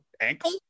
ankle